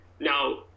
now